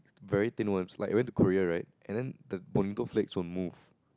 very thin worms like I went to Korea right and then the Bonito flakes will move